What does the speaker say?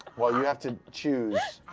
well, you have to choose.